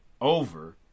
over